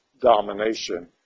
domination